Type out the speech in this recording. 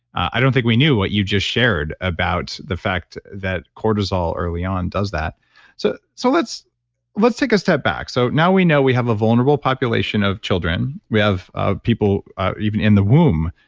i don't think we knew what you just shared about the fact that cortisol early on does that so so let's let's take a step back. so now we know we have a vulnerable population of children. we have ah people even in the womb,